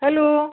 hello